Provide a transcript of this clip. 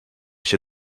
się